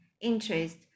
interest